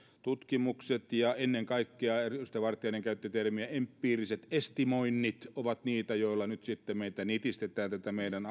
tutkimukset ja ennen kaikkea se mistä vartiainen käytti termiä empiiriset estimoinnit ovat niitä joilla nyt sitten tätä meidän